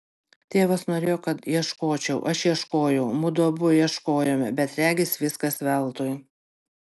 tėvas norėjo kad ieškočiau aš ieškojau mudu abu ieškojome bet regis viskas veltui